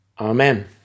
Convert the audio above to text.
Amen